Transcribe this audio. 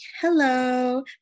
hello